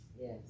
Yes